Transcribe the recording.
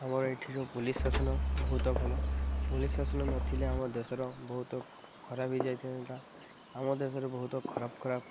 ଆମର ଏଠିିକା ପୋଲିସ୍ ଶାସନ ବହୁତ ଭଲ ପୋଲିସ୍ ଶାସନ ନଥଲେ ଆମ ଦେଶର ବହୁତ ଖରାପ ହେଇ ଯାଇଥାନ୍ତା ଆମ ଦେଶରେ ବହୁତ ଖରାପ ଖରାପ